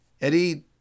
Eddie